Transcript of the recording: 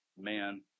man